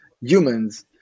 humans